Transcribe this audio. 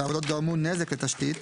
והעבודות גרמו נזק לתשתית,